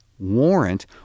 Warrant